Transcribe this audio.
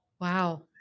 Wow